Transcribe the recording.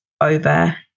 over